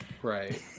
Right